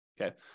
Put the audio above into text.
okay